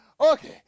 okay